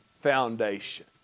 foundation